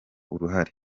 uruhare